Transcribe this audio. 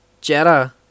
Jetta